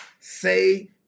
Say